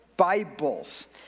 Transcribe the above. Bibles